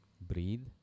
breathe